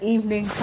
Evening